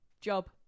job